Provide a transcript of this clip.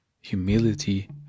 humility